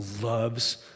loves